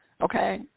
Okay